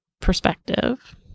perspective